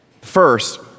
First